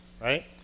right